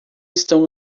estão